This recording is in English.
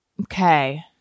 Okay